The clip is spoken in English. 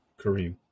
Kareem